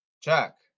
Check